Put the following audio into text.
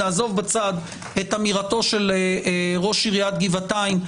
נעזוב בצד את אמירתו של ראש עיריית גבעתיים,